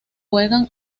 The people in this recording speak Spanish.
juegan